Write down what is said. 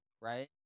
right